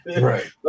Right